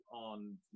on